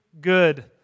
good